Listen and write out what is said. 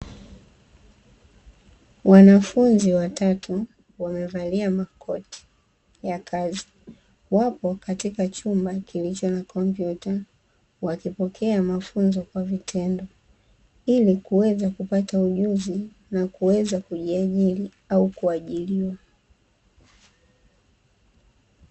Wanafunzi watatu wamevalia makoti ya kazi wapo katika chumba kilicho na komputa, wakipokea mafunzo kwa vitendo ili kuweza kupata ujuzi na kuweza kujiajiri au kuajiriwa .